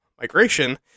Migration